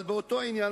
אבל באותו עניין,